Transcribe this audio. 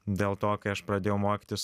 dėl to kai aš pradėjau mokytis